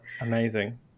Amazing